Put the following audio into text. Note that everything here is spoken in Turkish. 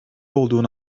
olduğunu